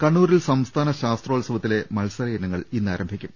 കണ്ണൂരിൽ സംസ്ഥാന ശാസ്ത്രോത്സവത്തിലെ മത്സര ഇനങ്ങൾ ഇന്ന് ആരംഭിക്കും